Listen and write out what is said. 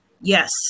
Yes